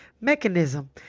mechanism